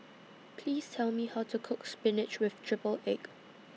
Please Tell Me How to Cook Spinach with Triple Egg